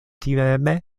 timeme